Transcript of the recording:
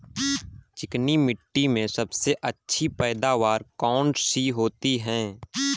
चिकनी मिट्टी में सबसे अच्छी पैदावार कौन सी होती हैं?